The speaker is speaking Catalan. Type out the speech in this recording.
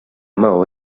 maó